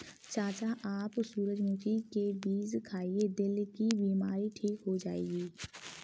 चाचा आप सूरजमुखी के बीज खाइए, दिल की बीमारी ठीक हो जाएगी